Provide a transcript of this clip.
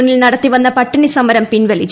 മുന്നിൽ നടത്തി വന്ന പട്ടിണി സമരം പിൻവലിച്ചു